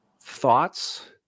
thoughts